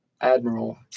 admiral